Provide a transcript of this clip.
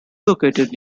located